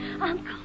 Uncle